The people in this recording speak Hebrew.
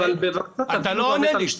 אבל, בבקשה, תקשיבו --- אתה לא עונה לי.